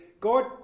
God